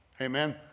Amen